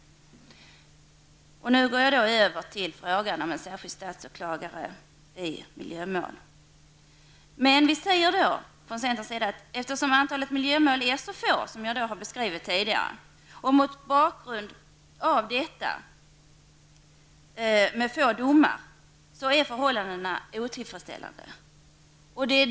Nu övergår jag till frågan om en särskild statsåklagare i miljömål. Vi säger från centerns sida att eftersom antalet miljömål är så litet, som jag beskrivit tidigare, och mot bakgrund av att det är så få domar, är förhållandena otillfredsställande.